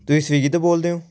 ਤੁਸੀਂ ਸਵੀਗੀ ਤੋਂ ਬੋਲਦੇ ਹੋ